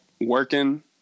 working